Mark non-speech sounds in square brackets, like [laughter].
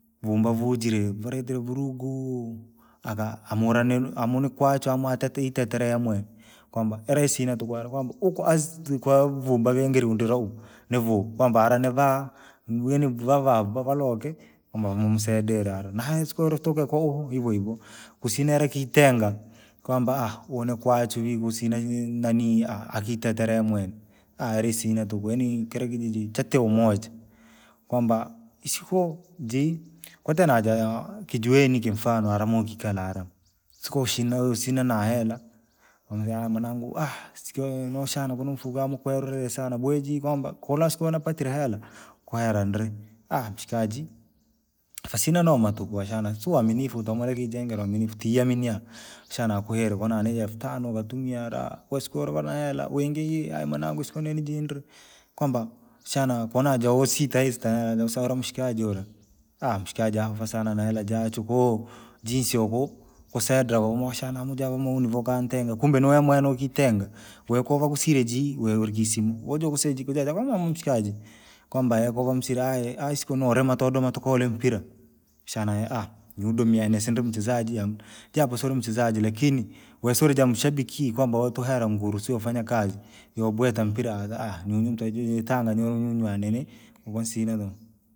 Vumba vujiree valeta vuruguu! Akaa hamura nini hamu ni kwachwe amuatitere itete yamwene, kwamba iraisina tuku yare kwamba ukuazi ndrikwa vumba vingi indilaumu nivuu. Kwamba aranivaa, nini vava valoke, kwamba unisaidira hara, na isiko utokee kwa uhue hivyohivyo, kusina era kitengaa. Kwamba [hesitation] une haa kwachwivii usina ni- nani [hesitation] akitetere mwene alisina tuku yani kire kijiji chatii umoja. Kwamba isiko jii, kotee naja! Kijiwei kimfano hara mukikalala hara, siku ushina na usina hela, [unintelligible] mwanangu [hesitation] siku noshana mfukwi kunu lamokowire sana bogii kwama konasiku napatire hela. Kuhera ndrii [hesitation] mshikajii, asina noma tuku washani tuwe waaminifu tamujengira uaminifu tiyaminiyaa, shana akuhire konani elfu tano utumiyaa laa, kosiku vare na helaa wingi aye mwanangu siku ninili jindri, kwamba shana konaja wewe sitasita hela ni sawa ure mshikaji ura. [hesitation] mshitaji avaa sana na hela jachwe kuu jinsi yokuu kusaidira womushana muja womuhuni vokantenga kumbe noyo mwene kukitenga, wekokaa wekovakosirejii wewe uriki simu. ujeukusije jikuja ja kama mshikeji, kwamba yeye komsire aye aya isiko norima todomaa tukauli mpira, shana yeye aah nyunyu dami nini simchezaji amuna, japo sinimchezaji lakini, wesiurijaa mshabiki kwamba utuhere uhuru sitofanya kazi. Yabweta mpira [hesitation] nyunu [unintelligible] tangaa nyu- nnyunyu ukusina tuku.